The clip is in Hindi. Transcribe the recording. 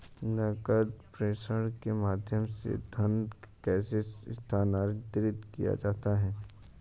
नकद प्रेषण के माध्यम से धन कैसे स्थानांतरित किया जाता है?